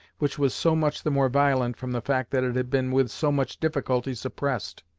which was so much the more violent from the fact that it had been with so much difficulty suppressed.